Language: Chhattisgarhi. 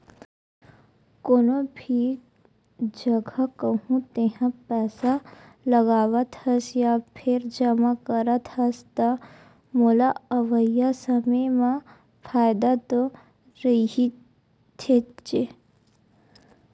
कोनो भी जघा कहूँ तेहा पइसा लगावत हस या फेर जमा करत हस, त ओमा अवइया समे म फायदा तो रहिथेच्चे